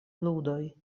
ludoj